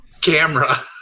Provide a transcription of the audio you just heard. camera